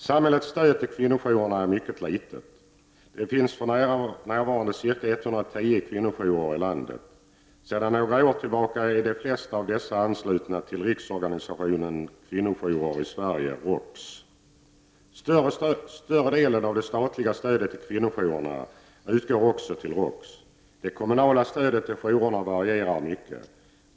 Samhällets stöd till kvinnojourerna är mycket litet. Det finns för närvarande ca 110 kvinnojourer i landet. Sedan några år tillbaka är de flesta av dessa anslutna till Riksorganisationen kvinnojourer i Sverige, ROKS. Större delen av det statliga stödet till kvinnojourerna utgår också till ROKS. Det kommunala stödet till jourerna varierar mycket.